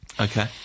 Okay